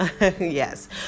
yes